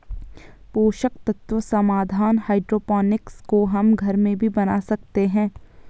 पोषक तत्व समाधान हाइड्रोपोनिक्स को हम घर में भी बना सकते हैं